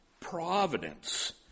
providence